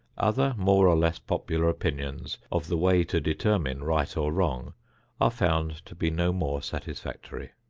other more or less popular opinions of the way to determine right or wrong are found to be no more satisfactory.